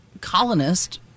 colonist